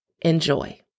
Enjoy